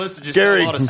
Gary